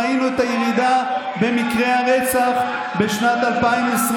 ראינו את הירידה במקרי הרצח בשנת 2022